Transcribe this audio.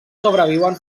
sobreviuen